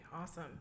awesome